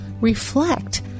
reflect